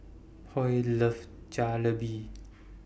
Hoy loves Jalebi